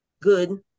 good